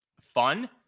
fun